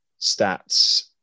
stats